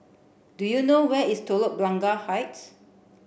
do you know where is Telok Blangah Heights